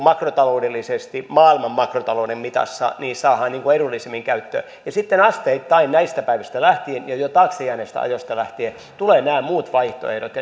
makrotaloudellisesti maailman makrotalouden mitassa nopeammin ja edullisemmin käyttöön sitten asteittain näistä päivistä lähtien ja jo taakse jääneistä ajoista lähtien tulevat nämä muut vaihtoehdot